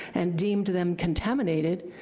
and deemed them contaminated,